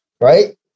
right